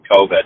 COVID